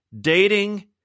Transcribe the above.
dating